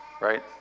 right